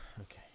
Okay